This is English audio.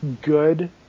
good